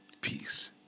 Peace